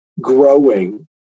growing